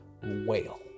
Whale